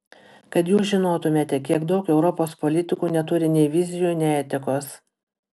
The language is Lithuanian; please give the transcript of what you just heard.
kad jūs žinotumėte kiek daug europos politikų neturi nei vizijų nei etikos